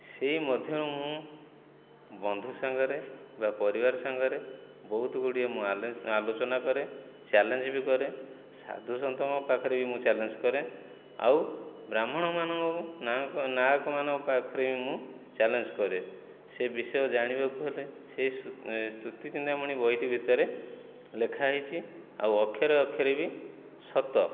ସେହିମଧ୍ୟରୁ ମୁଁ ବନ୍ଧୁ ସାଙ୍ଗରେ ବା ପରିବାର ସାଙ୍ଗରେ ବହୁତ ଗୁଡ଼ିଏ ମୁଁ ଆଲୋ ଆଲୋଚନା କରେ ଚ୍ୟାଲେଞ୍ଜ ବି କରେ ସାଧୁସନ୍ଥଙ୍କ ପାଖରେ ବି ମୁଁ ଚ୍ୟାଲେଞ୍ଜ କରେ ଆଉ ବ୍ରାହ୍ମଣମାନଙ୍କ ନାହକ ନାହକମାନଙ୍କ ପାଖରେ ବି ମୁଁ ଚ୍ୟାଲେଞ୍ଜ କରେ ସେ ବିଷୟ ଜାଣିବାକୁ ହେଲେ ସେ ସ୍ତୁତି ଚିନ୍ତାମଣି ବହିଟି ଭିତରେ ଲେଖା ହୋଇଛି ଆଉ ଅକ୍ଷରେ ଅକ୍ଷରେ ବି ସତ